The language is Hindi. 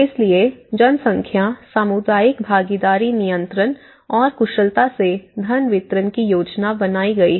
इसलिए जनसंख्या सामुदायिक भागीदारी नियंत्रण और कुशलता से धन वितरण की योजना बनाई गई है